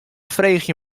freegje